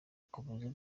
akomeza